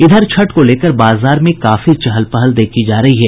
इधर छठ को लेकर बाजार में काफी चहल पहल देखी जा रही है